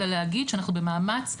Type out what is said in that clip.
אלא להגיד שאנחנו במאמץ,